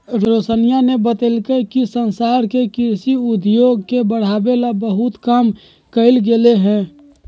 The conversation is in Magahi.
रोशनीया ने बतल कई कि संसार में कृषि उद्योग के बढ़ावे ला बहुत काम कइल गयले है